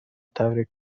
تبریک